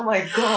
oh my god